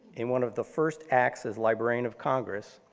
in one of the first acts as librarian of congress,